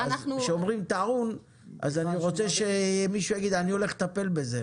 כשאומרים טעון אז אני רוצה שמישהו יגיד אני הולך לטפל בזה,